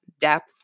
depth